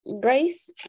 Grace